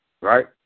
right